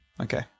Okay